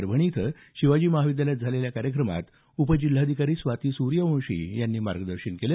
परभणी इथं शिवाजी महाविद्यालयात झालेल्या कार्यक्रमात उपजिल्हाधिकारी स्वाती सूर्यवंशी यांनी मार्गदर्शन केलं